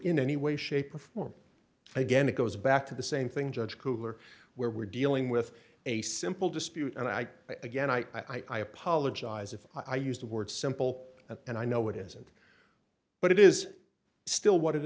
in any way shape or form and again it goes back to the same thing judge cooler where we're dealing with a simple dispute and i again i i apologize if i used the word simple and i know it isn't but it is still what it